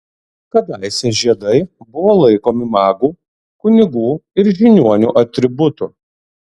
kadaise žiedai buvo laikomi magų kunigų ir žiniuonių atributu